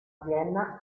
vienna